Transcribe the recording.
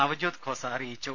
നവജ്യോത് ഖോസ അറിയിച്ചു